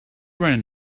running